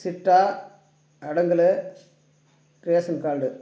சிட்டா அடங்கல் ration card